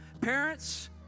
Parents